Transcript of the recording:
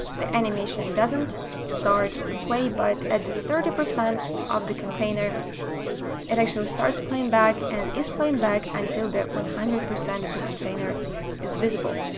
the animation doesn't start to play, but at the thirty percent of the container it actually starts playing back and is playing back until that one hundred percent of the container is visible.